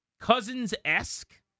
cousins-esque